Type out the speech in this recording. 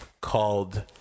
called